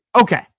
Okay